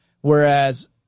whereas